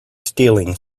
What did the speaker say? stealing